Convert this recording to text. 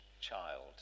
child